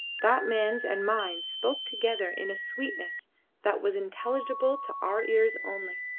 that man's and mine, spoke together in a sweetness that was intelligible to our ears only.